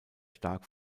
stark